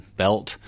belt